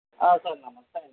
సరే అమ్మా సరే అండి